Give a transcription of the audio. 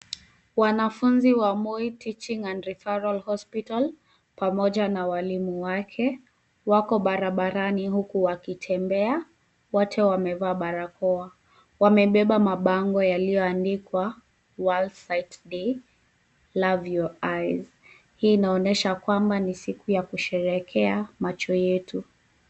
Wanafunzi wa Moi teaching and Refferal hospital pamoja na walimu wake wako barabarani, huku wakitembea, wote wamevaa barakoa. Wamebeba mabango yaliyoandikwa world's sight day, love your eyes .Hii inaonyesha kwamba ni siku ya kusherehekea macho yetu.